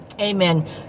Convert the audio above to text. Amen